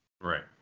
Right